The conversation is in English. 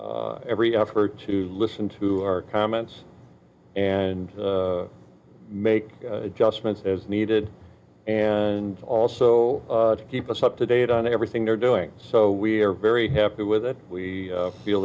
every effort to listen to our comments and make adjustments as needed and also to keep us up to date on everything they're doing so we are very happy with it we feel